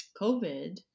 COVID